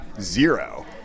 Zero